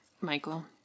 Michael